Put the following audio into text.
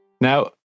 Now